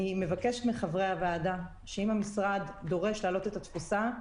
אני מבקשת מחברי הוועדה שאם המשרד דורש להעלות את התפוסה,